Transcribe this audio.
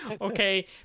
Okay